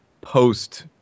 post